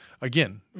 again